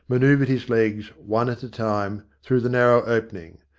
manoeuvred his legs, one at a time, through the narrow opening.